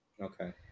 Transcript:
Okay